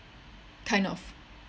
kind of